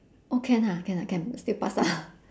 oh can ha can ha can still pass ah